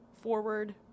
forward